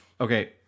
Okay